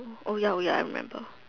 oh ya oh ya I remember